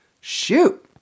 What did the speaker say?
shoot